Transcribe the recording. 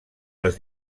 les